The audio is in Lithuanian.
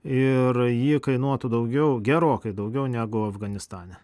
ir ji kainuotų daugiau gerokai daugiau negu afganistane